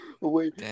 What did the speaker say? Wait